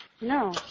No